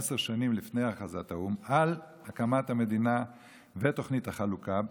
עשר שנים לפני הכרזת האו"ם על הקמת המדינה ותוכנית החלוקה,